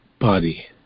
body